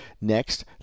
Next